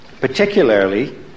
Particularly